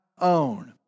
own